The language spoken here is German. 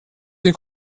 den